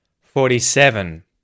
Forty-seven